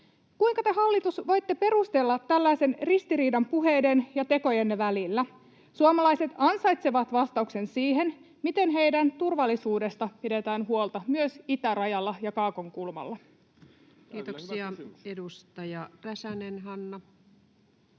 Kuinka te, hallitus, voitte perustella tällaisen ristiriidan puheidenne ja tekojenne välillä? Suomalaiset ansaitsevat vastauksen siihen, miten heidän turvallisuudestaan pidetään huolta myös itärajalla ja kaakonkulmalla. Kiitoksia. — Edustaja Räsänen, Hanna.